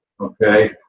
okay